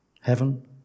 Heaven